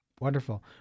Wonderful